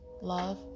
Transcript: love